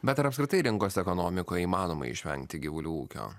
bet apskritai rinkos ekonomikoj įmanoma išvengti gyvulių ūkio